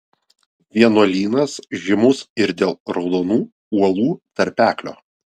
vienuolynas žymus ir dėl raudonų uolų tarpeklio